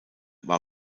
war